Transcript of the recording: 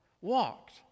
walked